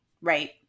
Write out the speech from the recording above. Right